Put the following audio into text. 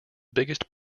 biggest